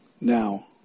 now